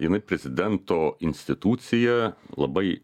jinai prezidento institucija labai